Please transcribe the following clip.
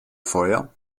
feuer